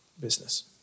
business